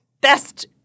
Best